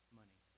money